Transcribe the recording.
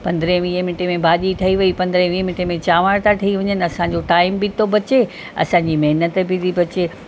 पंद्रहे वीहे मिन्टे में भाॼी ठही वई पंद्रहे वीहे मिन्टे में चांवर था ठही वञनि असांजो टाइम बि थो बचे असांजी महिनत बि थी बचे